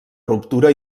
ruptura